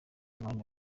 umwanya